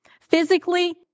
Physically